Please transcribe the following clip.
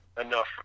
enough